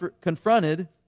confronted